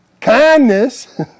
Kindness